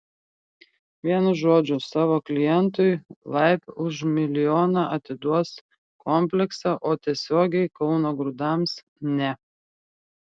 vienu žodžiu savo klientui laib už milijoną atiduos kompleksą o tiesiogiai kauno grūdams ne